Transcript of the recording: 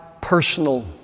personal